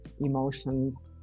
emotions